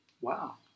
Wow